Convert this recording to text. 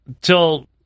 till